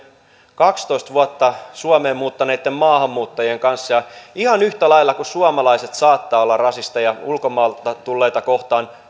kaksitoista vuotta suomeen muuttaneitten maahanmuuttajien kanssa ja ihan yhtä lailla kuin suomalaiset saattavat olla rasisteja ulkomailta tulleita kohtaan